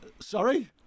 Sorry